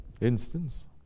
instance